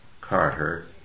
Carter